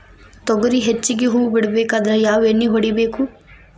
ತೊಗರಿ ಹೆಚ್ಚಿಗಿ ಹೂವ ಬಿಡಬೇಕಾದ್ರ ಯಾವ ಎಣ್ಣಿ ಹೊಡಿಬೇಕು?